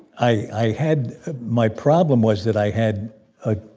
i i had my problem was that i had ah